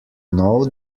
know